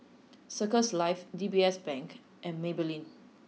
circles Life D B S Bank and Maybelline